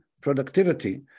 productivity